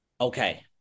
Okay